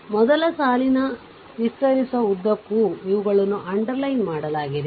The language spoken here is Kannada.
ಮೊದಲ ಸಾಲುಗಳನ್ನು ವಿಸ್ತರಿಸುವ ಉದ್ದಕ್ಕೂ ಇವುಗಳನ್ನು ಅಂಡರ್ಲೈನ್ ಮಾಡಲಾಗಿದೆ